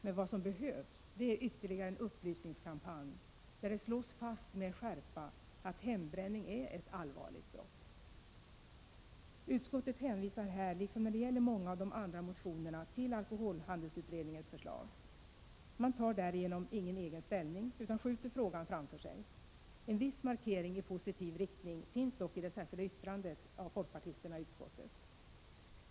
Men vad som behövs ytterligare är en upplysningskampanj, där det slås fast med skärpa att hembränning är ett allvarligt brott. Utskottet hänvisar här, liksom när det gäller många av de andra motionerna, till alkoholhandelsutredningens förslag. Man tar därigenom ingen egen ställning utan skjuter frågan framför sig. En viss markering i positiv riktning finns dock i det särskilda yttrandet av folkpartisterna i utskottet.